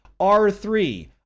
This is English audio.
R3